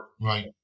Right